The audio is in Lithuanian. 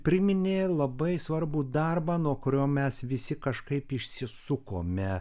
priminė labai svarbų darbą nuo kurio mes visi kažkaip išsisukome